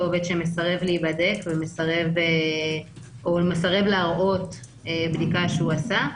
עובד שמסרב להיבדק או מסרב להרות בדיקה שהוא עשה.